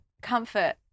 comfort